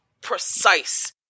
precise